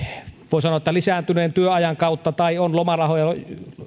lisääntyneen työajan kautta tai sen kautta että on lomarahoja